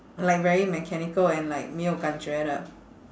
like very mechanical and like 没有感觉的